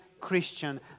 Christian